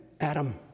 Adam